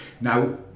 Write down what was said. Now